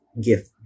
gift